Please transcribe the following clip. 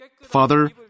Father